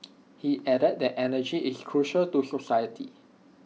he added that energy is crucial to society